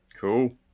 Cool